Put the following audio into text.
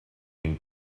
been